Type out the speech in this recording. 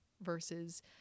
versus